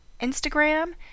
Instagram